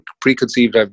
preconceived